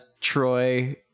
Troy